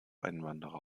einwanderer